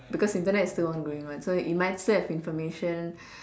because Internet is still on going one so it might still have information